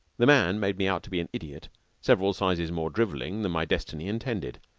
the man made me out to be an idiot several sizes more drivelling than my destiny intended,